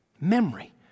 memory